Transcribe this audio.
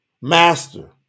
Master